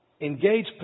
Engage